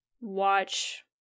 watch